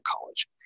college